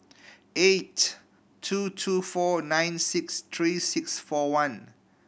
eight two two four nine six three six four one